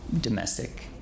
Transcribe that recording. domestic